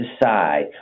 decide